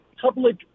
public